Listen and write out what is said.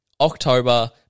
October